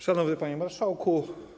Szanowny Panie Marszałku!